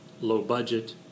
low-budget